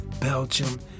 Belgium